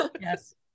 yes